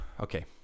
Okay